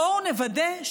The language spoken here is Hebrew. בואו נוודא,